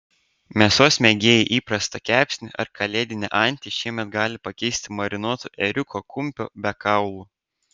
mėsos mėgėjai įprastą kepsnį ar kalėdinę antį šiemet gali pakeisti marinuotu ėriuko kumpiu be kaulų